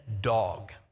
dog